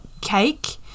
cake